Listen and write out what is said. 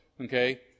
Okay